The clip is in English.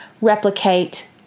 replicate